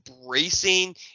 embracing